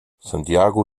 santiago